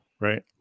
right